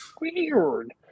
weird